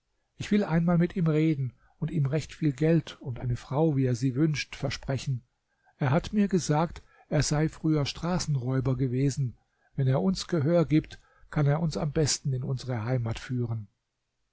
ich will einmal mit ihm reden und ihm recht viel geld und eine frau wie er sie wünscht versprechen er hat mir gesagt er sei früher straßenräuber gewesen wenn er uns gehör gibt kann er uns am besten in unsere heimat führen